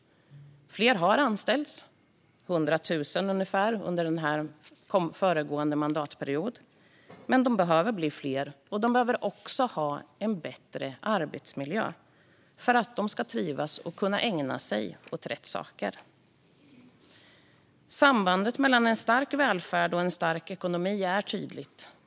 Fler har anställts, ungefär 100 000 under föregående mandatperiod. Men de behöver bli fler, och de behöver också ha en bättre arbetsmiljö för att de ska trivas och kunna ägna sig åt rätt saker. Sambandet mellan en stark välfärd och en stark ekonomi är tydligt.